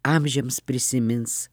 amžiams prisimins